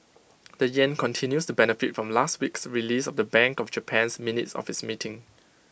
the Yen continues to benefit from last week's release of the bank of Japan's minutes of its meeting